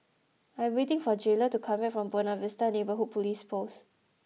I am waiting for Jayla to come back from Buona Vista Neighbourhood Police Post